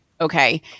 Okay